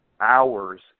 hours